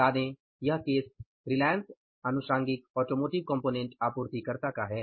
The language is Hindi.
बता दें यह केस रिलायंस आनुषंगीक ऑटोमोटिव कंपोनेंट आपूर्तिकर्ता का है